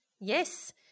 yes